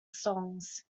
songs